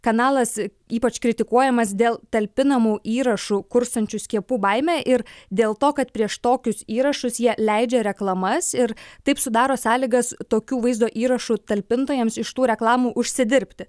kanalas ypač kritikuojamas dėl talpinamų įrašų kurstančių skiepų baimę ir dėl to kad prieš tokius įrašus jie leidžia reklamas ir taip sudaro sąlygas tokių vaizdo įrašų talpintojams iš tų reklamų užsidirbti